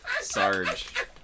Sarge